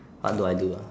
what do I do ah